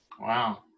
wow